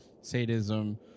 sadism